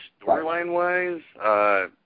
storyline-wise